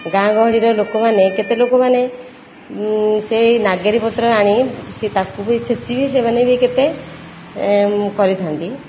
ଗାଁ ଗହଳିର ଲୋକମାନେ କେତେ ଲୋକମାନେ ସେଇ ନାଗେରୀ ପତ୍ର ଆଣି ସେ ତା'କୁ ବି ଛେଚି ବି ସେମାନେ ବି କେତେ କରିଥାନ୍ତି